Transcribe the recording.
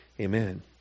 Amen